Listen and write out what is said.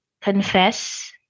confess